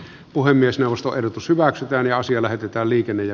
puhemiesneuvosto ehdotus hyväksytään ja asia lähetetään liikenne ja